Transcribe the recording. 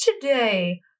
today